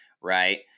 right